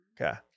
Okay